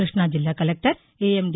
కృష్ణా జిల్లా collector A M D